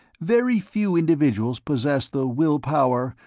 very few individuals possess the will power,